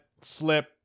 slip